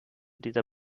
dieser